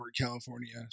California